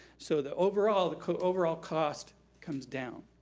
so the overall but overall cost comes down.